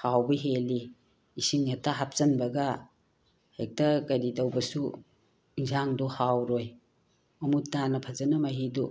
ꯍꯥꯎꯕ ꯍꯦꯜꯂꯤ ꯏꯁꯤꯡ ꯍꯦꯛꯇ ꯍꯥꯞꯆꯤꯟꯕꯒ ꯍꯦꯛꯇ ꯀꯔꯤ ꯇꯧꯕꯁꯨ ꯑꯦꯟꯁꯥꯡꯗꯨ ꯍꯥꯎꯔꯣꯏ ꯃꯃꯨꯠ ꯇꯥꯅ ꯐꯖꯅ ꯃꯍꯤꯗꯨ